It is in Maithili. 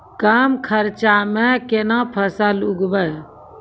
कम खर्चा म केना फसल उगैबै?